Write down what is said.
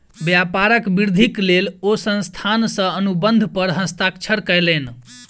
व्यापारक वृद्धिक लेल ओ संस्थान सॅ अनुबंध पर हस्ताक्षर कयलैन